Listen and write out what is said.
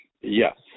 Yes